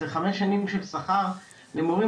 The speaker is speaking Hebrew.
זה חמש שנים של שכר למורים,